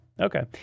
Okay